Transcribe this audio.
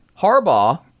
Harbaugh